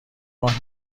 ماه